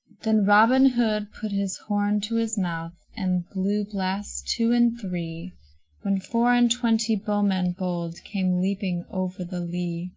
then robin hood put his horn to his mouth, and blew blasts two and three when four-and-twenty bowmen bold came leaping over the lea.